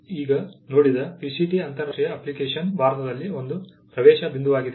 ಈಗ ನೀವು ಈಗ ನೋಡಿದ PCT ಅಂತರರಾಷ್ಟ್ರೀಯ ಅಪ್ಲಿಕೇಶನ್ ಭಾರತದಲ್ಲಿ ಒಂದು ಪ್ರವೇಶ ಬಿಂದುವಾಗಿದೆ